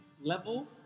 level